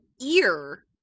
ear